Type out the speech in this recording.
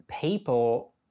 people